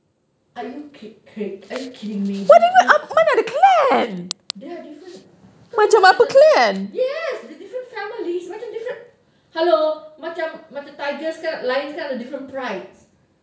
are you cray cray are you kidding me they are different ya there are different families macam different hello macam macam tigers kan lions kan ada different pride